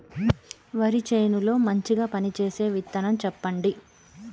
వరి చేను లో మంచిగా పనిచేసే విత్తనం చెప్పండి?